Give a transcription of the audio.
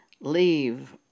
leave